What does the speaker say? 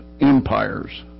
empires